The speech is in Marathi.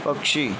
पक्षी